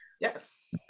Yes